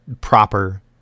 proper